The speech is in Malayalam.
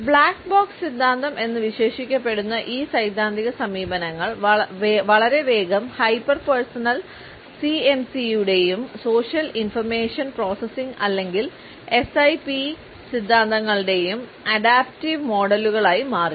'ബ്ലാക്ക് ബോക്സ്' സിദ്ധാന്തം എന്ന് വിശേഷിപ്പിക്കപ്പെടുന്ന ഈ സൈദ്ധാന്തിക സമീപനങ്ങൾ വളരെ വേഗം ഹൈപ്പർ പേഴ്സണൽ സിഎംസിയുടെയും സോഷ്യൽ ഇൻഫർമേഷൻ പ്രോസസ്സിംഗ് അല്ലെങ്കിൽ എസ്ഐപി സിദ്ധാന്തങ്ങളുടെയും അഡാപ്റ്റീവ് മോഡലുകളായി മാറി